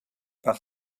par